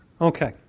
Okay